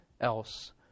else